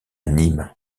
nîmes